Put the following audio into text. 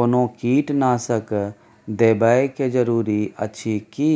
कोनो कीटनासक देबै के जरूरी अछि की?